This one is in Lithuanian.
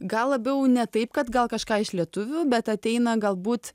gal labiau ne taip kad gal kažką iš lietuvių bet ateina galbūt